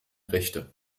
rechte